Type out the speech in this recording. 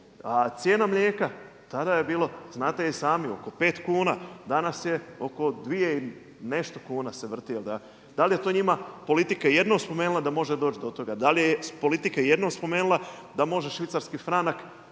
A cijena mlijeka tada je bilo znate i sami oko 5 kuna, danas je oko 2 i nešto se vrti. Da li je to njima politika jednom spomenula da može doći do toga, da li je politika jednom spomenula da može švicarski franak